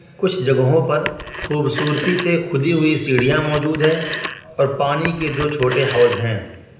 کچھ جگہوں پر خوبصورتی سے کھدی ہوئی سیڑھیاں موجود ہیں اور پانی کے دو چھوٹے حوض ہیں